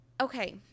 okay